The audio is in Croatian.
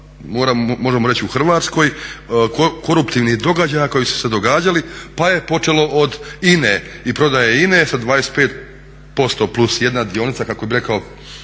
možemo reći u Hrvatskoj, koruptivnih događaja koji su se događali pa je počelo od INA-e i prodaje INA-e sa 25% +1 dionica kako bi rekao